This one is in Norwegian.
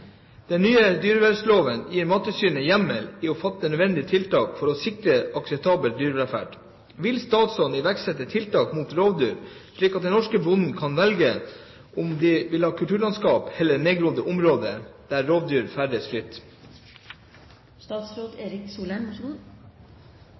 Den nye dyrevelferdsloven gir Mattilsynet hjemmel til å fatte nødvendige tiltak for å sikre akseptabel dyrevelferd. Vil statsråden iverksette tiltak mot rovdyr, slik at de norske bøndene kan velge om de vil ha kulturlandskap eller nedgrodde områder der rovdyr ferdes fritt?»